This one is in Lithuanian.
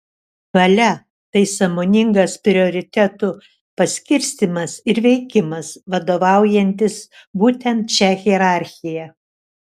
valia tai sąmoningas prioritetų paskirstymas ir veikimas vadovaujantis būtent šia hierarchija